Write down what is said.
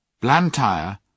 Blantyre